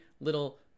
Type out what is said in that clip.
little